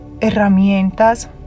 herramientas